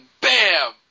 BAM